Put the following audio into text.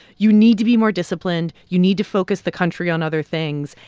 you need to be more disciplined you need to focus the country on other things.